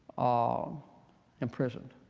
are imprisoned.